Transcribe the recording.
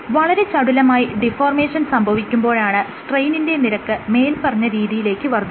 വളരെ ചടുലമായി ഡിഫോർമേഷൻ സംഭവിക്കുമ്പോഴാണ് സ്ട്രെയ്നിന്റെ നിരക്ക് മേല്പറഞ്ഞ രീതിയിലേക്ക് വർദ്ധിക്കുന്നത്